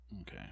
Okay